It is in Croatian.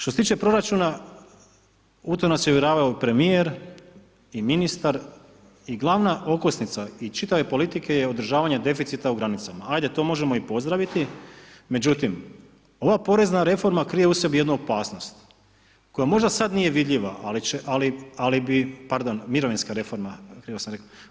Što se tiče proračuna, u to nas je uvjeravao i Premijer, i ministar, i glavna okosnica i čitave politike je održavanje deficita u granicama, ajde to možemo i pozdraviti, međutim ova porezna reforma krije u sebi jednu opasnost, koja možda sad nije vidljiva, ali bi, pardon, mirovinska reforma, krivo sam rekao.